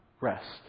rest